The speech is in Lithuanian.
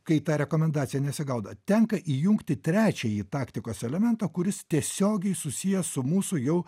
kai ta rekomendacija nesigauna tenka įjungti trečiąjį taktikos elementą kuris tiesiogiai susijęs su mūsų jau